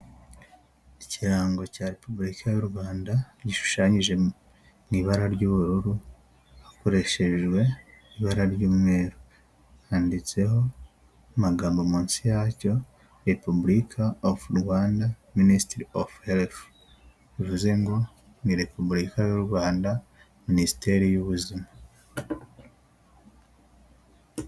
Ikirango cya Repubulika y'u Rwanda gishushanyije mu ibara ry'ubururu hakoreshejwe ibara ry'umweru, handitseho amagambo munsi yacyo repubulika of rwanda minisitiri ofu helifu, bivuze ngo ni Repubulika y'u Rwanda minisiteri y'ubuzima.